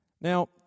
Now